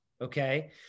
Okay